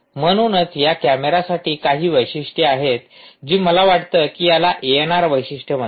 म्हणूनच या कॅमेऱ्यासाठी काही वैशिष्ट्ये आहेत जी मला वाटते की याला एएनआर वैशिष्ट्य म्हणतात